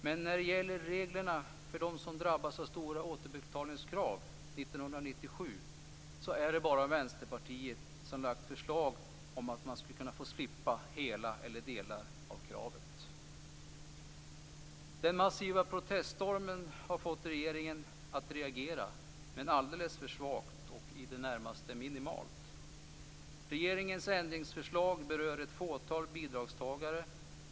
Men när det gäller reglerna för dem som drabbas av stora återbetalningskrav för 1997 är det bara Vänsterpartiet som lagt fram förslag om att man skulle kunna få slippa hela eller delar av kravet. Den massiva proteststormen har fått regeringen att reagera, men alldeles för svagt och i det närmaste minimalt. Regeringens ändringsförslag berör ett fåtal bidragstagare.